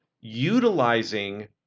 utilizing